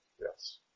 yes